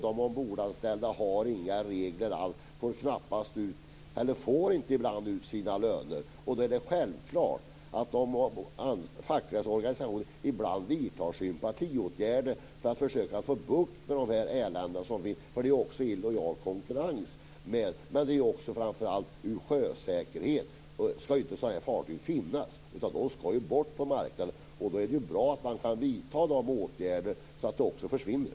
Det finns inga regler för de ombordanställda, och de får ibland inte ut sina löner. Det är självklart att de fackliga organisationerna ibland vidtar sympatiåtgärder för att försöka få bukt med eländet. Det är ju också illojal konkurrens. Men framför allt när det gäller sjösäkerhet skall inte sådana fartyg få finnas. De skall bort från marknaden. Då är det bra att det går att vidta åtgärder så att de försvinner.